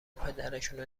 پدرشونو